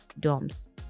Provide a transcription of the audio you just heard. dorms